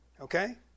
okay